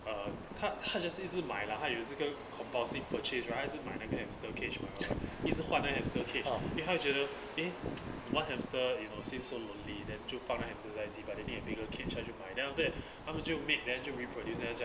uh 她 just is 一只买 lah 她有这个 compulsive purchase right 还是买那个 hamster cage my wife 一直换来 hamster cage 她又觉得 eh one hamster it will seem so lonely then 就放那 hamster 再进 but they need a bigger 她就买 then after that 它们就 mate then 就 reproduce then 她讲